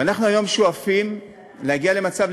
ואנחנו היום שואפים להגיע למצב,